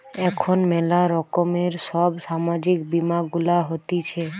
এখন ম্যালা রকমের সব সামাজিক বীমা গুলা হতিছে